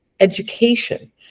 education